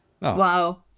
Wow